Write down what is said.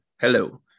hello